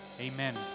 amen